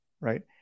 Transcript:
Right